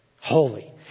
Holy